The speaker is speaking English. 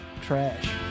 trash